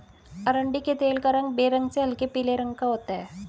अरंडी के तेल का रंग बेरंग से हल्के पीले रंग का होता है